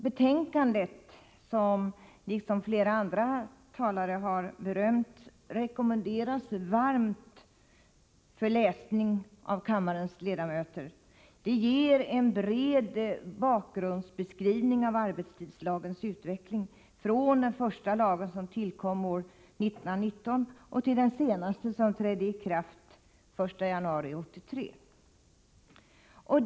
Betänkandet, som flera andra talare har berömt, rekommenderas varmt kammarens ledamöter för läsning. Det ger en bred bakgrundsbeskrivning av arbetstidslagens utveckling, från den första lagen som tillkom år 1919 till den senaste som trädde i kraft den 1 januari 1983.